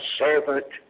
servant